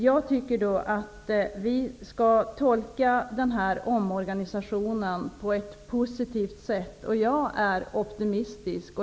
Jag tycker att vi skall tolka omorganisationen på ett positivt sätt. Jag är optimistisk.